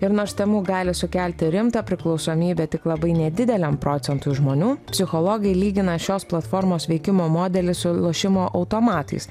ir nors temu gali sukelti rimtą priklausomybę tik labai nedideliam procentui žmonių psichologai lygina šios platformos veikimo modelį su lošimo automatais